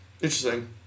Interesting